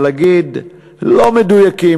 אבל אגיד "לא מדויקים",